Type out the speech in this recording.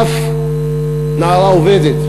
אף "נערה עובדת",